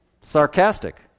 sarcastic